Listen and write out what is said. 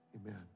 amen